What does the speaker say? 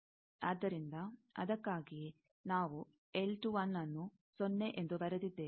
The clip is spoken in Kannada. ಆದ್ದರಿಂದ ಅದಕ್ಕಾಗಿಯೇ ನಾವು ನ್ನು ಸೊನ್ನೆ ಎಂದು ಬರೆದಿದ್ದೇವೆ